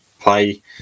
play